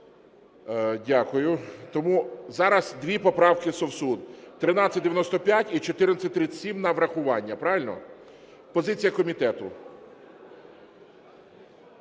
Дякую. Тому зараз дві поправки Совсун: 1395 і 1437 на врахування, правильно? Позиція комітету.